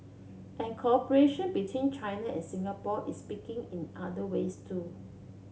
and cooperation between China and Singapore is picking in other ways too